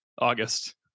August